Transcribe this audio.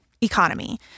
economy